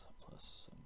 plus